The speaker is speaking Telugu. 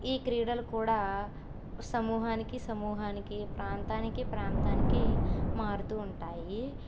ఈ క్రీడలు కూడా సమూహానికి సమూహానికి ప్రాంతానికి ప్రాంతానికి మారుతు ఉంటాయి